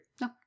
No